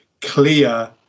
clear